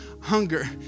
hunger